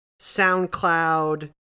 SoundCloud